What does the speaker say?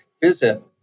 visit